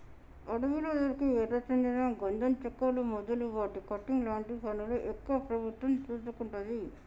అడవిలా దొరికే ఎర్ర చందనం గంధం చెక్కలు మొదలు వాటి కటింగ్ లాంటి పనులు ఎక్కువ ప్రభుత్వం చూసుకుంటది